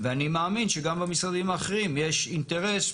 ואני מאמין שגם במשרדים האחרים יש אינטרס,